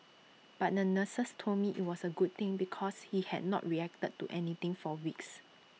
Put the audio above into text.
but the nurses told me IT was A good thing because he had not reacted to anything for weeks